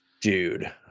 Dude